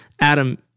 Adam